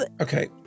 okay